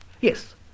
Yes